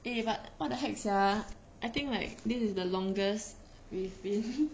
eh but what the heck sia I think like this is the longest we've been